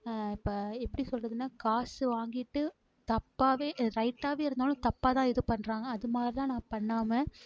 இப்போ எப்படி சொல்கிறதுனா காசு வாங்கிட்டு தப்பாகவே ரைட்டாகவே இருந்தாலும் தப்பாக தான் இது பண்ணுறாங்க அது மாதிரிலாம் நான் பண்ணாமல்